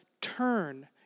turn